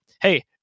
hey